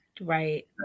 Right